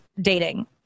dating